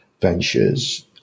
ventures